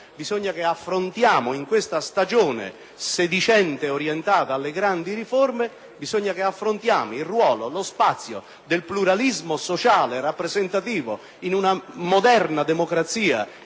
rito e da questo malvezzo. In questa stagione sedicente orientata alle grandi riforme dobbiamo affrontare il ruolo e lo spazio del pluralismo sociale rappresentativo in una moderna democrazia